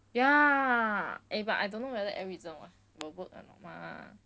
ya eh but I don't know whether arisim will work or not mah